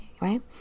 right